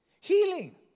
healing